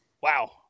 Wow